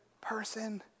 person